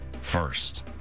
first